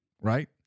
Right